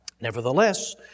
Nevertheless